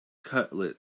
cutlet